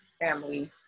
Family